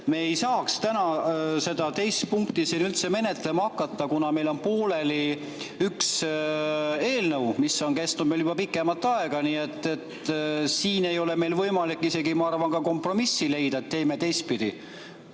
me ei saaks täna seda teist punkti siin üldse menetlema hakata, kuna meil on pooleli üks teine eelnõu juba pikemat aega. Nii et siin ei ole meil võimalik isegi, ma arvan, kompromissi leida, et teeme teistpidi.